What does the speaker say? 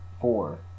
four